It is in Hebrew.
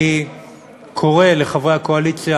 אני קורא לחברי הקואליציה